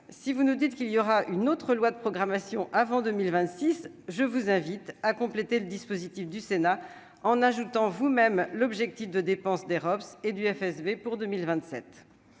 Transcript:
si vous nous dites qu'il y aura une autre loi de programmation avant 2026 je vous invite à compléter le dispositif du Sénat en ajoutant vous- même l'objectif de dépenses des robes s'et du FSB pour 2027